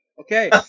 Okay